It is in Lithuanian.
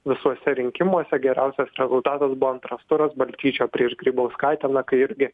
visuose rinkimuose geriausias rezultatas buvo antras turas balčyčio prieš grybauskaitę na kai irgi